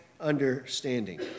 understanding